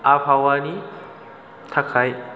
आबहावानि थाखाय